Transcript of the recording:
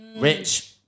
Rich